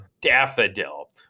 daffodil